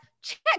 Check